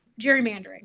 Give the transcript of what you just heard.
gerrymandering